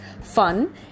fun